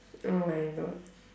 oh my god